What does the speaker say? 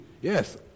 yes